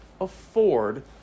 afford